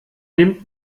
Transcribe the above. nimmt